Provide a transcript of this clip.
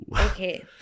Okay